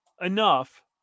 enough